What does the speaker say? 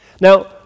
Now